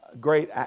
Great